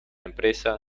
empresa